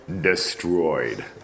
destroyed